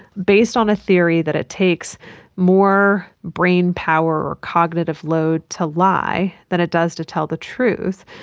based on a theory that it takes more brain power or cognitive load to lie than it does to tell the truth,